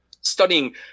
studying